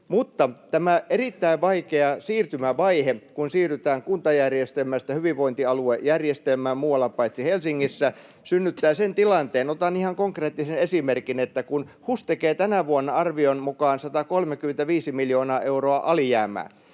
tämä erittäin vaikea siirtymävaihe, kun siirrytään kuntajärjestelmästä hyvinvointialuejärjestelmään muualla paitsi Helsingissä, synnyttää sen tilanteen — otan ihan konkreettisen esimerkin — että kun HUS tekee tänä vuonna arvion mukaan 135 miljoonaa euroa alijäämää,